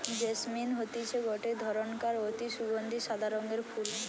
jasmine হতিছে গটে ধরণকার অতি সুগন্ধি সাদা রঙের ফুল